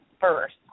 first